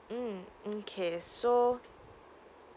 mm mm okay so